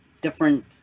different